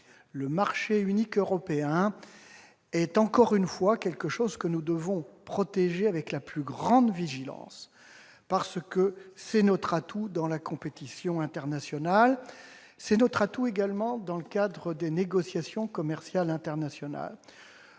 Le marché unique européen est quelque chose que nous devons protéger avec la plus grande vigilance, parce que c'est notre atout dans la compétition internationale. C'est également notre atout dans le cadre des négociations commerciales internationales.